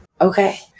Okay